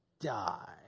die